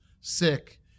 sick